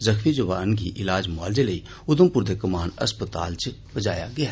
जख्मी जवान गी इलाज मुआलजे लेई उधमपुर दे कमान हस्पताल च पजाया गया